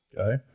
okay